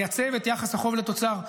לייצב את יחס החוב לתוצר.